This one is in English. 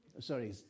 Sorry